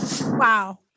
wow